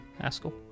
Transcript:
Haskell